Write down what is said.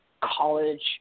college